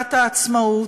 במגילת העצמאות,